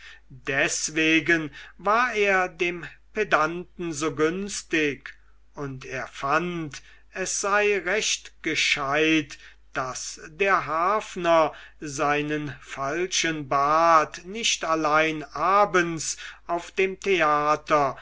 deswegen war er dem pedanten so günstig und er fand es sei recht gescheit daß der harfner seinen falschen bart nicht allein abends auf dem theater